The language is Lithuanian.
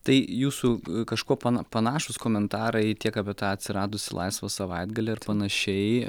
tai jūsų kažkuo pana panašūs komentarai tiek apie tą atsiradusį laisvą savaitgalį ar panašiai